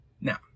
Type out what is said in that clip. Now